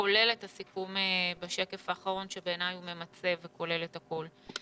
כולל את הסיכום בשקף האחרון שבעיניי הוא ממצה וכולל את הכול.